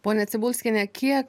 ponia cibulskiene kiek